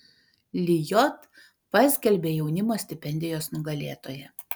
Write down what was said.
lijot paskelbė jaunimo stipendijos nugalėtoją